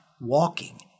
walking